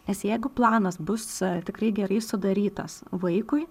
nes jeigu planas bus tikrai gerai sudarytas vaikui